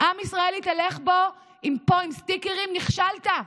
עם ישראל התהלך פה עם סטיקרים: נכשלת,